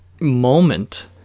moment